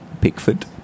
Pickford